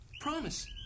Promise